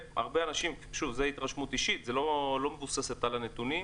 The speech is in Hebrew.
שוב, זו התרשמות אישית, לא מבוססת על הנתונים: